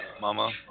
Mama